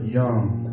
young